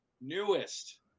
newest